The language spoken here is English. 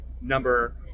number